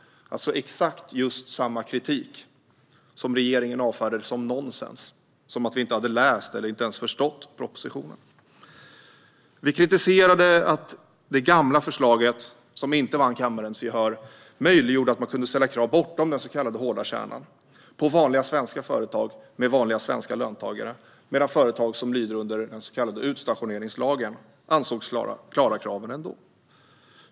Det är alltså exakt just samma kritik som regeringen avfärdade som nonsens, som att vi inte hade förstått eller ens läst propositionen. Vi kritiserade att det gamla förslaget, som inte vann kammarens gehör, gjorde det möjligt att ställa krav bortom den så kallade hårda kärnan på vanliga svenska företag med vanliga svenska löntagare medan företag som lyder under den så kallade utstationeringslagen ansågs klara kraven ändå.